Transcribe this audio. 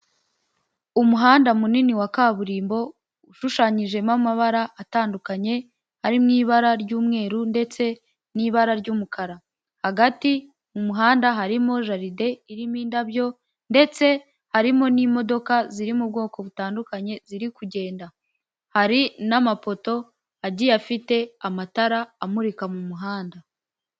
Umuhanda munini wa kaburimbo ushushanyijemo amabara atandukanye ari mu ibara ry'umweru ndetse n'ibara ry'umukara. Hagati mu muhanda harimo jaride irimo indabyo ndetse harimo n'imodoka ziri mu bwoko butandukanye ziri kugenda. Hari n'amapoto agiye afite amatara amurika mu muhanda.